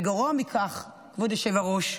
וגרוע מכך, כבוד היושב-ראש,